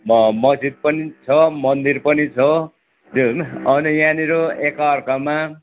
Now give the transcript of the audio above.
म मस्जिद पनि छ मन्दिर पनि छ त्योहरू अनि यहाँनिर एकअर्कामा